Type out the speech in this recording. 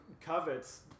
covets